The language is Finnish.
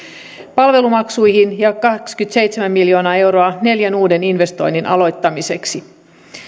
palvelumaksuihin ja kaksikymmentäseitsemän miljoonaa euroa neljän uuden investoinnin aloittamiseksi